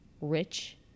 rich